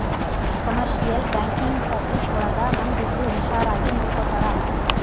commercial banking service ಒಳಗ ನಮ್ ದುಡ್ಡು ಹುಷಾರಾಗಿ ನೋಡ್ಕೋತರ